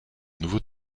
nouveaux